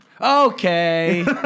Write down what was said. Okay